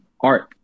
art